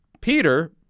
Peter